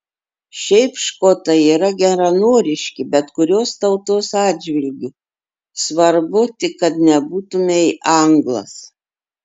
šiaip škotai yra geranoriški bet kurios tautos atžvilgiu svarbu tik kad nebūtumei anglas